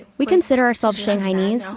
we consider ourselves shanghainese,